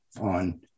on